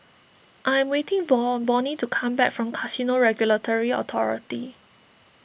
I am waiting for Bonny to come back from Casino Regulatory Authority